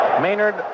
Maynard